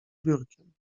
biurkiem